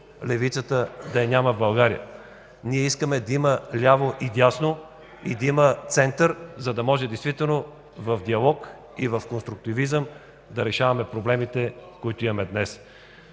левицата да я няма в България. Ние искаме да има ляво и дясно, да има център, за да може действително в диалог и в конструктивизъм да решаваме проблемите, които имаме днес.